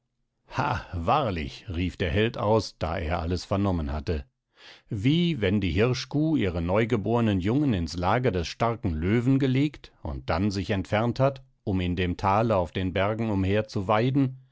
wahrlich rief der held aus da er alles vernommen hatte wie wenn die hirschkuh ihre neugebornen jungen ins lager des starken löwen gelegt und dann sich entfernt hat um in dem thale und auf den bergen umher zu weiden